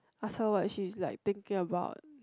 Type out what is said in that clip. also what she is like thinking about